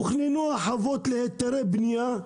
שבעבר תוכננו הרחבות להיתרי בנייה,